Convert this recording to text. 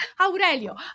Aurelio